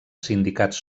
sindicats